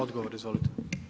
Odgovor, izvolite.